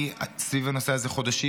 אני סביב הנושא הזה חודשים,